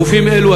גופים אלה,